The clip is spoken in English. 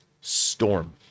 storm